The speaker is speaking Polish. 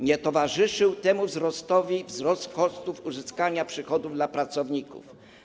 Nie towarzyszył temu wzrostowi wzrost kosztów uzyskania przychodów dla pracowników.